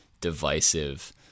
divisive